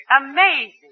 Amazing